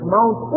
Mount